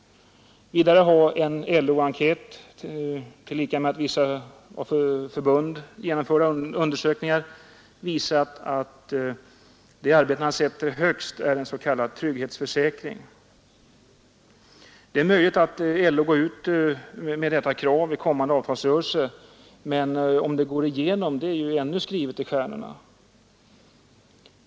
Vidare har en LO-enkät, tillika med av vissa förbund genomförda undersökningar, visat att det arbetarna sätter högst är en s.k. trygghetsförsäkring. Det är möjligt att LO går ut med detta i kommande avtalsrörelse, men huruvida det går igenom är ännu skrivet i stjärnorna.